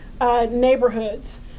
neighborhoods